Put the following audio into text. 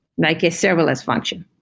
like a serverless function.